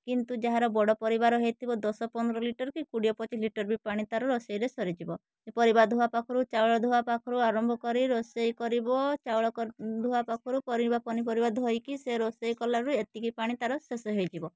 କିନ୍ତୁ ଯାହାର ବଡ଼ ପରିବାର ହେଇଥିବ ଦଶ ପନ୍ଦର ଲିଟର କି କୋଡ଼ିଏ ପଚିଶ ଲିଟର ବି ପାଣି ତାର ରୋଷେଇରେ ସରିଯିବ ପରିବା ଧୁଆ ପାଖରୁ ଚାଉଳ ଧୁଆ ପାଖରୁ ଆରମ୍ଭ କରି ରୋଷେଇ କରିବ ଚାଉଳ କର ଧୁଆ ପାଖରୁ ପନିପରିବା ଧୋଇକି ସିଏ ରୋଷେଇ କଲାବେଳେ ଏତିକି ପାଣି ତାର ଶେଷ ହେଇଯିବ